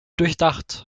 durchdacht